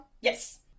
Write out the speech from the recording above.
Yes